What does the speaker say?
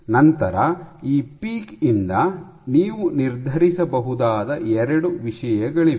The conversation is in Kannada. ನಂತರ ಈ ಪೀಕ್ ಇಂದ ನೀವು ನಿರ್ಧರಿಸಬಹುದಾದ ಎರಡು ವಿಷಯಗಳಿವೆ